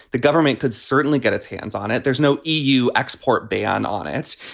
the government could certainly get its hands on it. there's no eu export ban on its.